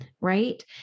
right